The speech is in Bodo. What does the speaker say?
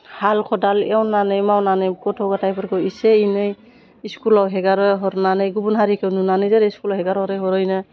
हाल खदाल एवनानै मावनानै गथ' गथायफोरखौ एसे एनै इस्कुलाव हेगारो हरनानै गुबुन हारिखौ नुनानै जेरै इस्कुलाव हेगारहरै हरैनो